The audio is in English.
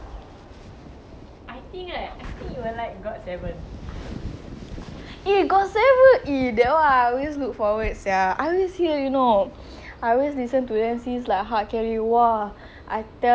eh got seven eh that [one] I always look forward sia I always hear you know I always listen to them since !wah! I tell you ah my money all fly cause of them leh you can relate right obviously lah